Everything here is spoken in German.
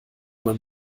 man